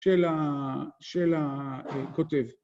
‫של ה, של הכותב.